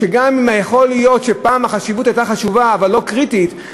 גם אם בעבר החשיבות הייתה גדולה אבל לא קריטית,